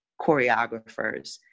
choreographers